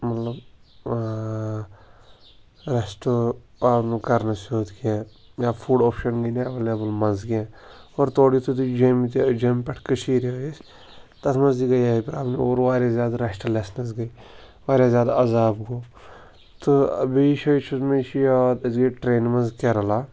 مطلب رٮ۪سٹ آونہٕ کَرنہٕ سیوٚد کیٚنٛہہ یا فُڈ اوٚپشَن گٔے نہٕ اٮویلیبل منٛزٕ کیٚنٛہہ اور تورٕ یُتھٕے جیٚمہِ تہِ جیٚمہِ پٮ۪ٹھ کٔشیٖر آیہِ أسۍ تَتھ منٛز تہِ گٔے یِہَے پرٛابلِم اور وارِیاہ زیادٕ رٮ۪سٹ لٮ۪سنَس گٔے وارِ یاہ زیادٕ عذاب گوٚو تہٕ بیٚیہِ جایہِ چھُ مےٚ چھُ یاد أسۍ گٔے ٹرٛینہِ منٛز کیرلا